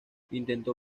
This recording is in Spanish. intentó